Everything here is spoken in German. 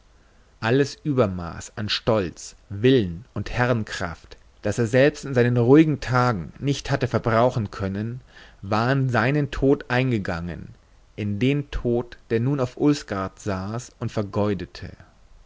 alles übermaß an stolz willen und herrenkraft das er selbst in seinen ruhigen tagen nicht hatte verbrauchen können war in seinen tod eingegangen in den tod der nun auf ulsgaard saß und vergeudete